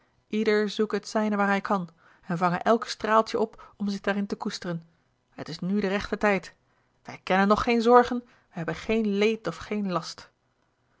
ieder zoeke het zijne waar hij kan en vange elk straaltje op om zich daarin te koesteren het is nu de rechte tijd a l g bosboom-toussaint de delftsche wonderdokter eel ij kennen nog geen zorgen wij hebben geen leed of geen last